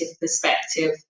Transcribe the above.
perspective